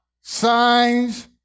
signs